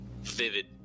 vivid